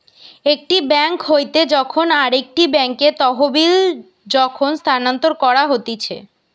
একটি বেঙ্ক হইতে যখন আরেকটি বেঙ্কে তহবিল যখন স্থানান্তর করা হতিছে